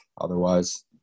otherwise